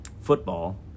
football